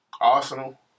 Arsenal